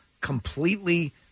completely